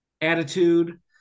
attitude